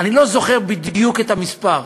אני לא זוכר בדיוק את המספר,